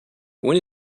when